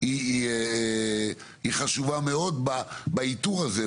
היא חשובה מאוד באיתור הזה,